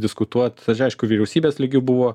diskutuot aišku vyriausybės lygiu buvo